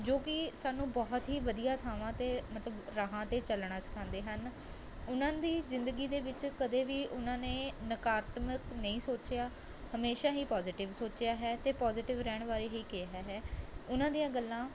ਜੋ ਕਿ ਸਾਨੂੰ ਬਹੁਤ ਹੀ ਵਧੀਆ ਥਾਵਾਂ 'ਤੇ ਮਤਲਬ ਰਾਹਾਂ 'ਤੇ ਚੱਲਣਾ ਸਿਖਾਉਂਦੇ ਹਨ ਉਹਨਾਂ ਦੀ ਜ਼ਿੰਦਗੀ ਦੇ ਵਿੱਚ ਕਦੇ ਵੀ ਉਹਨਾਂ ਨੇ ਨਕਾਰਤਮਕ ਨਹੀਂ ਸੋਚਿਆ ਹਮੇਸ਼ਾ ਹੀ ਪੋਜ਼ੀਟਿਵ ਸੋਚਿਆ ਹੈ ਅਤੇ ਪੋਜ਼ੀਟਿਵ ਰਹਿਣ ਬਾਰੇ ਹੀ ਕਿਹਾ ਹੈ ਉਹਨਾਂ ਦੀਆਂ ਗੱਲਾਂ